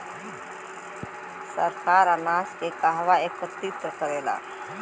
सरकार अनाज के कहवा एकत्रित करेला?